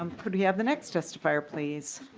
um could we have the next testifier please?